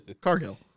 Cargill